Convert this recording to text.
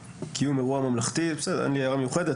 "קיום אירוע ממלכתי", בסדר, אין לי הערה מיוחדת.